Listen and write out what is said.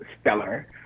stellar